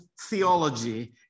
theology